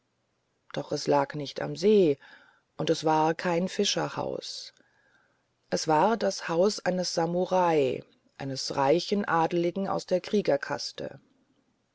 doch es lag nicht am see und es war kein fischerhaus es war das haus eines samurai eines reichen adeligen aus der